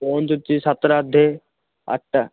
ପହଁଚୁଛି ସାତଟା ଅଧେ ଆଠଟା